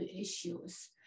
issues